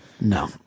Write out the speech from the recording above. No